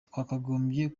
twakagombye